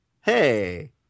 hey